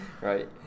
right